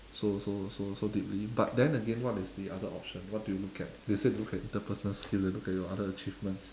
so so so so deeply but then again what is the other option what do you look at they say look at interpersonal skill they look at your other achievements